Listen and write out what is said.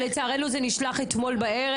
לצערנו זה נשלח אתמול בערב.